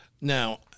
Now